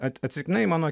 at atsitiktinai mano